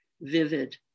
vivid